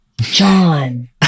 John